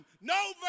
No